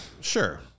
Sure